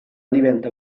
diventa